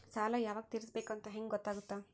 ಸಾಲ ಯಾವಾಗ ತೇರಿಸಬೇಕು ಅಂತ ಹೆಂಗ್ ಗೊತ್ತಾಗುತ್ತಾ?